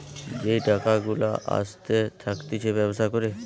যেই টাকা গুলা আসতে থাকতিছে ব্যবসা করে